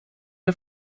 der